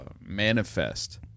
Manifest